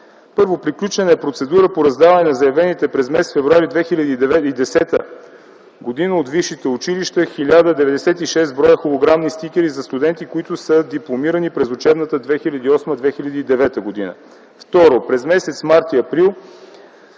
Първо, приключена е процедура по раздаване на заявените през м. февруари 2010 г. от висшите училища 1096 бр. холограмни стикери за студенти, които са дипломирани през учебната 2008-2009 г. Второ, през м. март и април